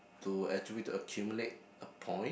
to actually accumulate a point